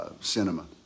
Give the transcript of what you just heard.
Cinema